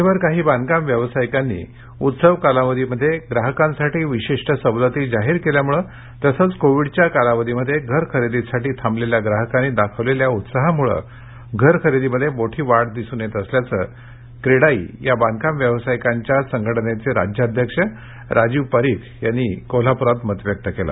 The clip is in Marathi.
राज्यभर काही बांधकाम व्यावसायिकांनी उत्सव कालावधीमध्ये ग्राहकांसाठी विशिष्ट सवलती जाहीर केल्यामुळे तसंच कोविडच्या कालावधीमध्ये घर खरेदीसाठी थांबलेल्या ग्राहकांनी दाखवलेल्या उत्साहामुळे घर खरेदीमध्ये मोठी वाढ दिसून येत असल्याचं मत क्रेडाई या बांधकाम व्यावसायिकांच्या संघटनेचे राज्याध्यक्ष राजीव परीख यांनी काल कोल्हापुरात व्यक्त केलं